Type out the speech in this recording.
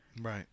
Right